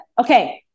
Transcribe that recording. Okay